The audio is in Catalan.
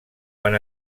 quan